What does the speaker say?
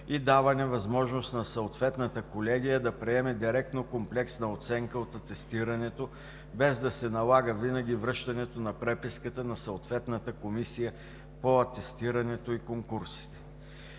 и даване възможност на съответната колегия да приеме директно комплексна оценка от атестирането, без да се налага винаги връщането на преписката на съответната Комисия по атестирането и конкурсите.